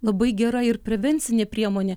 labai gera ir prevencinė priemonė